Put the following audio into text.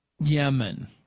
Yemen